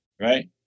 right